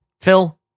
Phil